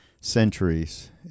centuries